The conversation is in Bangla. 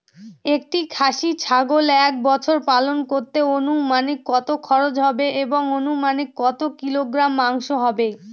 একটি খাসি ছাগল এক বছর পালন করতে অনুমানিক কত খরচ হবে এবং অনুমানিক কত কিলোগ্রাম মাংস হবে?